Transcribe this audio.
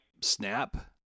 snap